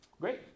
Great